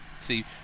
See